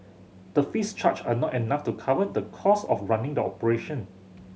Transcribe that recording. the fees charged are not enough to cover the costs of running the operation